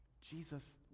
Jesus